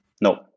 No